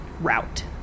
route